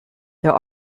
there